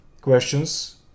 questions